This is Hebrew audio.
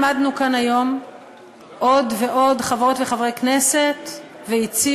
עמדנו כאן היום עוד ועוד חברות וחברי כנסת והצענו